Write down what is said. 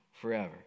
forever